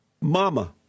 mama